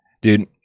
dude